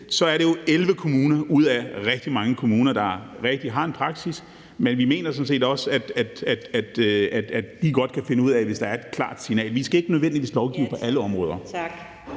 er det jo 11 kommuner ud af rigtig mange kommuner, der rigtig har en praksis, men vi mener sådan set også, at de godt kan finde ud af det, hvis der er et klart signal. Vi skal ikke nødvendigvis lovgive på alle områder. Kl.